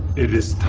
it is